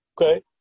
Okay